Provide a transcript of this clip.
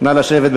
נא לשבת.